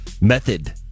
method